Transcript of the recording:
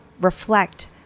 reflect